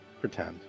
pretend